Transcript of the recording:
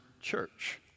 church